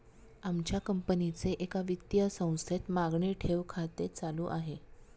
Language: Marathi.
आमच्या कंपनीचे एका वित्तीय संस्थेत मागणी ठेव खाते चालू आहे